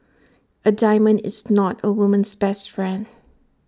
A diamond is not A woman's best friend